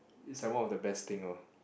is like one of the best thing lor